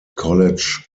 college